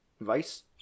Vice